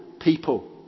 people